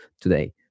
today